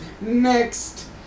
Next